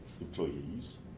employees